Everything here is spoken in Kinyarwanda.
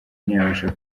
ntiyabasha